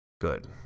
good